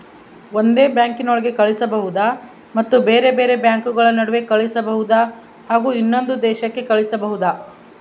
ಒಂದೇ ಬ್ಯಾಂಕಿನೊಳಗೆ ಕಳಿಸಬಹುದಾ ಮತ್ತು ಬೇರೆ ಬೇರೆ ಬ್ಯಾಂಕುಗಳ ನಡುವೆ ಕಳಿಸಬಹುದಾ ಹಾಗೂ ಇನ್ನೊಂದು ದೇಶಕ್ಕೆ ಕಳಿಸಬಹುದಾ?